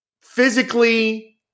physically